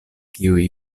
kiuj